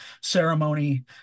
ceremony